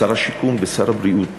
שר השיכון ושר הבריאות